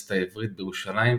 שבאוניברסיטה העברית בירושלים,